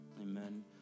Amen